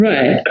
Right